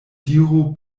diru